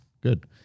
good